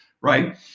right